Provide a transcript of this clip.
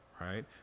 right